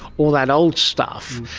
all that old stuff,